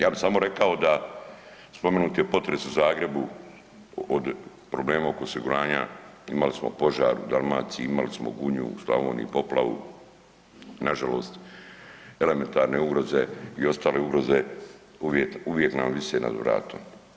Ja bi samo rekao da spomenut je potres u Zagrebu od problema oko osiguranja imali smo požar u Dalmaciji, imali Gunju u Slavoniji, poplavu, nažalost elementarne ugroze i ostale ugroze uvijek nad vise nad vratom.